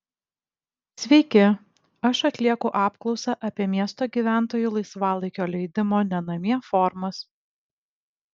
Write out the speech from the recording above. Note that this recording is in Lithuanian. sveiki aš atlieku apklausą apie miesto gyventojų laisvalaikio leidimo ne namie formas